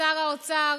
ושר האוצר,